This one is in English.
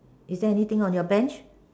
is there anything on your bench